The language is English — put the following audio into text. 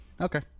okay